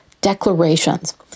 declarations